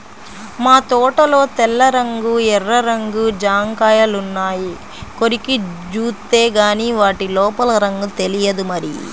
మా తోటలో తెల్ల రంగు, ఎర్ర రంగు జాంకాయలున్నాయి, కొరికి జూత్తేగానీ వాటి లోపల రంగు తెలియదు మరి